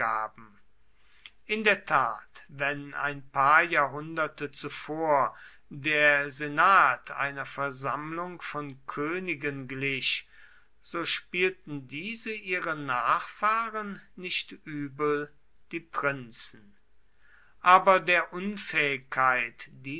in der tat wenn ein paar jahrhunderte zuvor der senat einer versammlung von königen glich so spielten diese ihre nachfahren nicht übel die prinzen aber der unfähigkeit